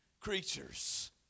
creatures